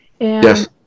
Yes